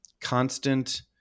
constant